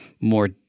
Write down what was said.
more